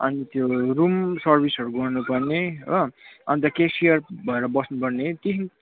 अनि त्यो रुम सर्भिसहरू गर्नु पर्ने हो अन्त केसियर भएर बस्नु पर्ने